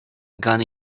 gun